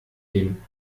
dem